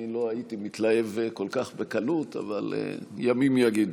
אני לא הייתי מתלהב כל כך בקלות, אבל ימים יגידו.